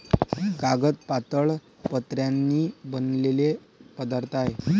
कागद पातळ पत्र्यांनी बनलेला पदार्थ आहे